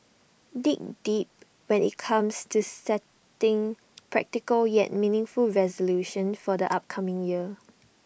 dig deep when IT comes to setting practical yet meaningful resolutions for the upcoming year